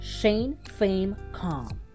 shanefamecom